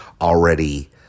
already